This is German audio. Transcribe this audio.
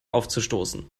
aufzustoßen